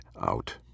out